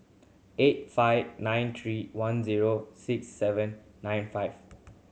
eight five nine three one zero six seven nine five